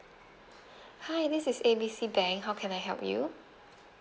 hi this is A B C bank how can I help you